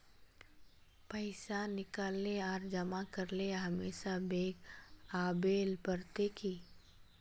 पैसा निकाले आर जमा करेला हमेशा बैंक आबेल पड़ते की?